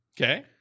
Okay